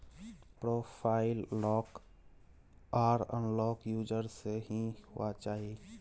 profile lock आर unlock user से ही हुआ चाहिए